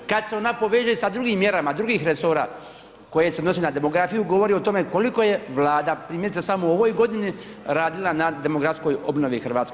Kad se ona poveže sa drugim mjerama, drugih resora koje se odnosi na demografiju govori o tome koliko je Vlada primjerice samo u ovoj godini radila na demografskoj obnovi Hrvatske.